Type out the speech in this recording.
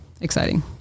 exciting